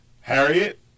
Harriet